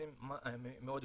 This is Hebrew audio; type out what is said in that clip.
אחוזים מאוד גבוהים.